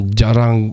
jarang